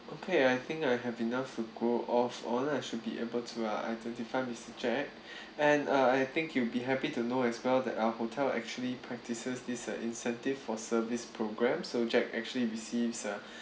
okay I think I have enough for go off for I should be able to uh identify mister jack and uh I think you'll be happy to know as well that our hotel actually practises this uh incentive for service program so jack actually receives a